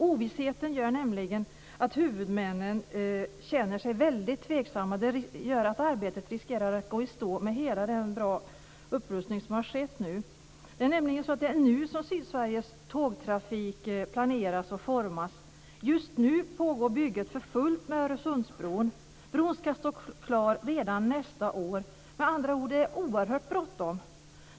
Ovissheten gör nämligen att huvudmännen känner sig väldigt tveksamma, och det gör att arbetet riskerar att gå i stå, efter hela den upprustning som har skett. Det är nämligen nu som Sydsveriges tågtrafik planeras och formas. Just nu pågår bygget för fullt med Öresundsbron. Bron skall stå klar redan nästa år. Det är med andra ord oerhört bråttom.